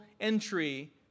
entry